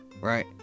Right